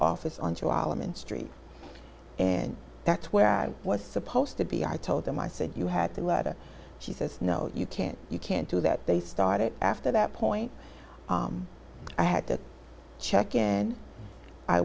street and that's where i was supposed to be i told them i said you had the letter she says no you can't you can't do that they started after that point i had to check in i